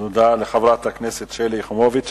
תודה לחברת הכנסת שלי יחימוביץ.